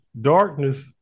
darkness